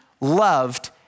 loved